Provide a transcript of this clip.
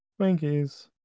Twinkies